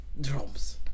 Drums